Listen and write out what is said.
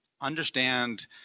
understand